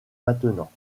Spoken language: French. maintenant